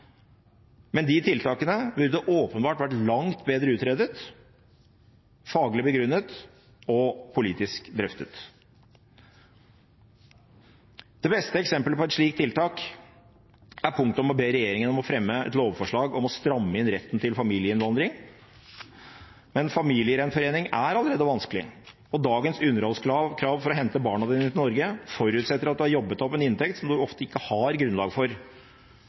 men de tiltakene burde åpenbart vært langt bedre utredet, faglig begrunnet og politisk drøftet. Det beste eksempelet på et slikt tiltak er punktet om å be regjeringen fremme et lovforslag om å stramme inn retten til familieinnvandring. Men familiegjenforening er allerede vanskelig, og dagens underholdskrav for å hente sine egne barn til Norge forutsetter at man har jobbet opp en inntekt som man ofte ikke har grunnlag for